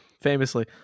famously